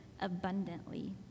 abundantly